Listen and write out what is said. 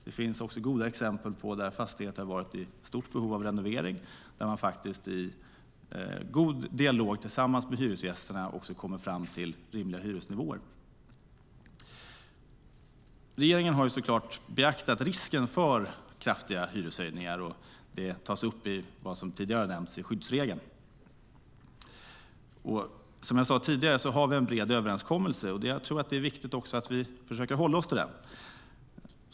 Det finns också goda exempel där fastigheter har varit i stort behov av renovering och där man i god dialog tillsammans med hyresgästerna har kommit fram till rimliga hyresnivåer. Regeringen har såklart beaktat risken för kraftiga hyreshöjningar. Det tas upp i skyddsregeln, som tidigare har nämnts. Vi har, som jag sade, en bred överenskommelse, och jag tror att det är viktigt att vi försöker hålla oss till den.